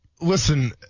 Listen